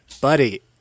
buddy